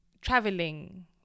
traveling